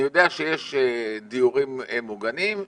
אני יודע שיש דיורים מוגנים,